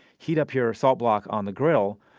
heat up your salt block on the grill,